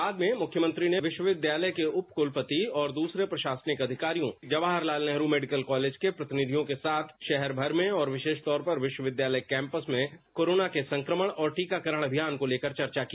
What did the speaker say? बाद में मुख्यमंत्री ने विश्वविद्यालय के उप कुलपति और दूसरे प्रशासनिक अधिकारियों जवाहरलाल नेहरू मेडिकल कॉलेज के प्रतिनिधियों के साथ शहर भर में और विशेष तौर पर विश्वविद्यालय कैंपस में कोरोना के संक्रमण और टीकाकरण अभियान को लेकर चर्चा की